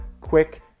quick